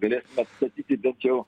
galėsime atstatyti